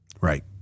Right